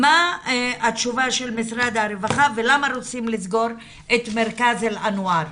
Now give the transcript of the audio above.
מה התשובה של משרד הרווחה ולמה רוצים לסגור את מרכז אל אנואר?